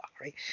right